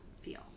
feel